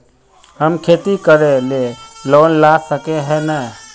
हम खेती करे ले लोन ला सके है नय?